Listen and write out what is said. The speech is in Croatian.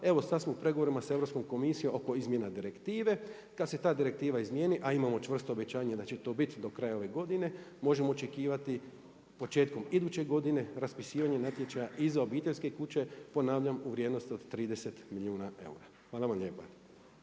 evo sad samo s pregovorima sa Europskom komisijom oko izmjena direktive. Kad se ta direktiva izmjeni, a imamo čvrsto obećanje da će to biti do kraja ove godine, možemo očekivati početkom iduće godine raspisivanje natječaja i za obiteljske kuće, ponavljam u vrijednosti od 30 milijuna eura. Hvala vam lijepa.